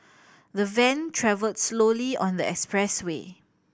the van travels slowly on the expressway